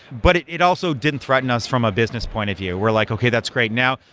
but it it also didn't threaten us from a business point of view. we're like, okay. that's great. now,